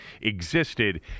existed